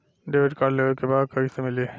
Debit card लेवे के बा कईसे मिली?